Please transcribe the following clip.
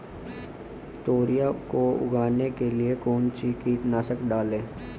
तोरियां को उगाने के लिये कौन सी कीटनाशक डालें?